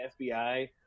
FBI